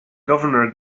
governor